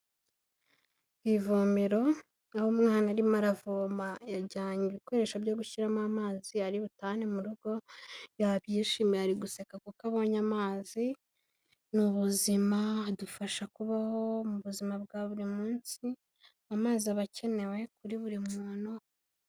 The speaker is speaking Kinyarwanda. Ivomero aho umwana arimo aravoma yajyanye ibikoresho byo gushyiramo amazi ari butahane mu rugo, yabyishimiye ari guseka kuko abonye amazi, ni ubuzima adufasha kubaho mu buzima bwa buri munsi, amazi aba akenewe kuri buri muntu.